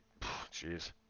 jeez